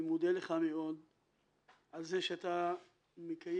אני מודה לך מאוד על זה שאתה מקיים.